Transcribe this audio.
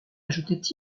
ajoutait